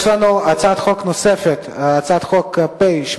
יש לנו הצעת חוק נוספת, הצעת חוק פ/838